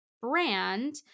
brand